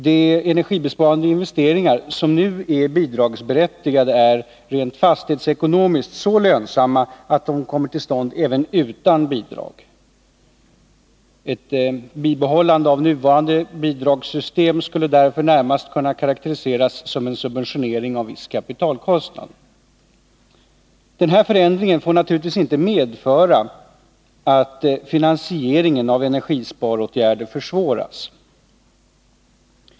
De energibesparande investeringar som nu är bidragsberättigade är rent fastighetsekonomiskt så lönsamma att de kommer till stånd även utan bidrag. Ett bibehållande av nuvarande bidragssystem skulle därför närmast kunna karakteriseras som en subventionering av viss kapitalkostnad. Den nu föreslagna förändringen får naturligtvis inte medföra att finansieringen av energisparåtgärder försvåras.